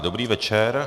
Dobrý večer.